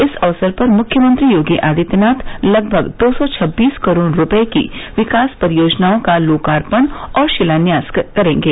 इस अवसर पर मुख्यमंत्री योगी आदित्यनाथ लगभग दो सौ छबीस करोड़ रूपये की विकास परियोजनाओं का लोकार्पण और शिलान्यास भी करेंगे